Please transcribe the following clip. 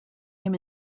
him